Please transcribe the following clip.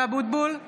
(קוראת בשמות חברי הכנסת)